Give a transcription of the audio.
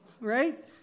right